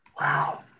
Wow